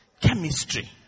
chemistry